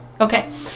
okay